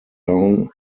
town